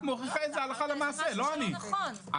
את